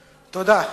תודה.